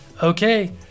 Okay